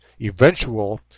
eventual